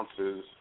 ounces